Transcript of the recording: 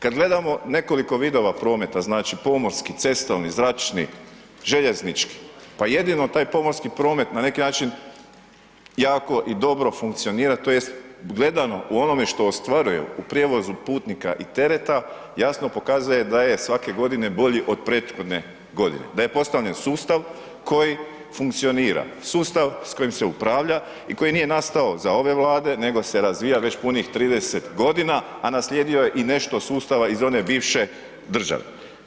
Kad gledamo nekoliko vidova prometa, znači, pomorski, cestovni, zračni, željeznički, pa jedino taj pomorski promet na neki način jako i dobro funkcionira tj. gledano u onome što ostvaruju u prijevozu putnika i tereta, jasno pokazuje da je svake godine bolji od prethodne godine, da je postavljen sustav koji funkcionira, sustav s kojim se upravlja i koji nije nastao za ove Vlade, nego se razvija već punih 30.g., a nasljedio je nešto sustava iz one bivše države.